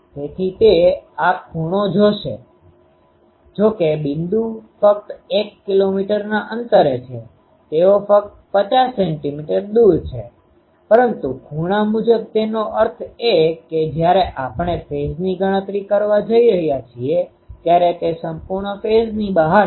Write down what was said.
તેથી તે આ ખૂણા જોશે જોકે બિંદુ ફક્ત એક કિલોમીટરના અંતરે છે તેઓ ફક્ત 50 સેન્ટિમીટર દૂર છે પરંતુ ખૂણા મુજબ તેનો અર્થ એ કે જ્યારે આપણે ફેઝની ગણતરી કરી રહ્યા છીએ ત્યારે તે સંપૂર્ણપણે ફેઝની બહાર છે